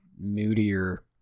moodier